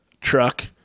truck